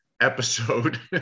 episode